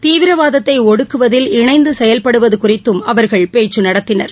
தீவிரவாதத்தை ஒடுக்குவதில் இணைந்து செயல்பாடுவது குறித்தும் அவர்கள் பேச்சு நடத்தினர்